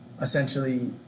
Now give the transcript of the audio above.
essentially